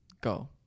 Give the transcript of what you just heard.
Go